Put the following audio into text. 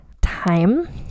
time